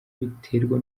biterwa